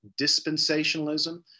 dispensationalism